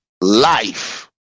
life